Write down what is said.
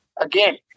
again